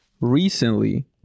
recently